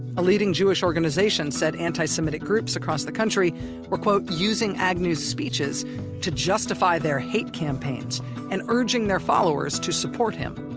a leading jewish organization said anti-semitic groups across the country were using agnew's speeches to justify their hate campaigns and urging their followers to support him.